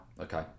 Okay